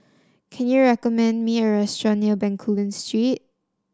can you recommend me a restaurant near Bencoolen Street